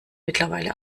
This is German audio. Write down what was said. mittlerweile